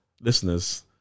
listeners